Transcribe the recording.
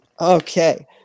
Okay